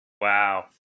Wow